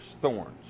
thorns